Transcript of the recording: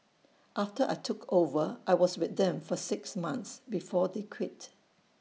after I took over I was with them for six months before they quit